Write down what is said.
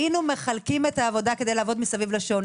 היינו מחלקים את העבודה כדי לעבוד מסביב לשעון.